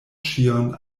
ĉion